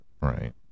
right